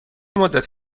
مدت